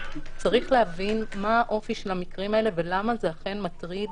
צריך להבין מה האופי של המקרים האלה ולמה זה אכן מטריד